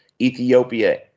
Ethiopia